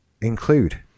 include